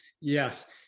Yes